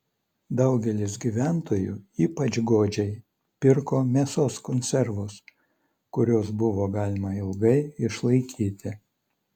daugelis gyventojų ypač godžiai pirko mėsos konservus kuriuos buvo galima ilgai išlaikyti